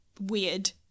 weird